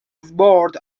board